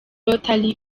rotary